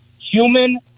human